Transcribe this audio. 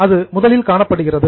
அது முதலில் காணப்படுகிறது